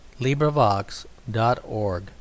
LibriVox.org